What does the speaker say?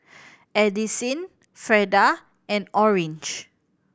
Addisyn Freda and Orange